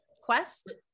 quest